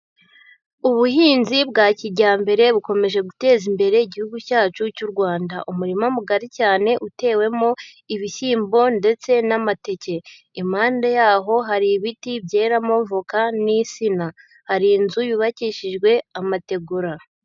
Ubuhinzi bwa kijyambere bukomeje guteza imbere igihugu cyacu cy'u Rwanda. Umurima mugari cyane, utewemo ibishyimbo ndetse n'amateke. Impande yaho hari ibiti byeramo voka, n'insina, hari inzu yubakishijwe amategura.